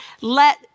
Let